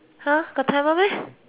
!huh! got timer meh